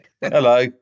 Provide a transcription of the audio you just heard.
Hello